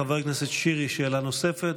חבר הכנסת שירי, שאלה נוספת.